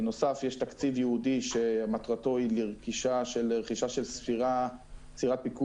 בנוסף יש תקציב ייעודי שמטרתו היא לרכישה של ספינת פיקוח